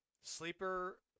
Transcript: Sleeper